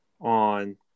on